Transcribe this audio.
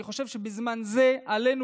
אני חושב שבזמן זה עלינו,